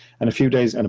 and a few days, and